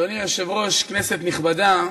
אדוני היושב-ראש, כנסת נכבדה,